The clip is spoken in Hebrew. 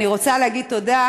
אני רוצה להגיד תודה